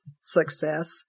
success